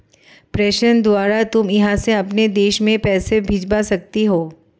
प्रेषण द्वारा तुम यहाँ से अपने देश में पैसे भिजवा सकती हो